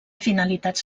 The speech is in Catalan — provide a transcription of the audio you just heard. finalitats